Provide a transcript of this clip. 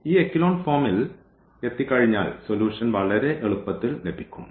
ഈ എക്കലോൺ ഫോമിൽ എത്തിക്കഴിഞ്ഞാൽ സൊലൂഷൻ വളരെ എളുപ്പത്തിൽ ലഭിക്കും